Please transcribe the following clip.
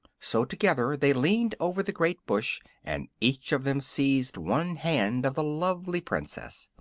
so together they leaned over the great bush and each of them seized one hand of the lovely princess.